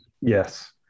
Yes